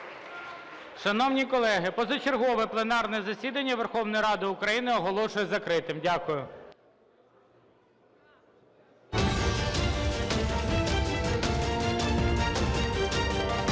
Шановні колеги, позачергове засідання Верховної Ради України оголошую закритим.